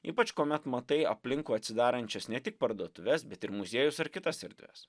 ypač kuomet matai aplinkui atsidarančias ne tik parduotuves bet ir muziejus ar kitas erdves